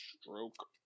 stroke